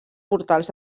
portals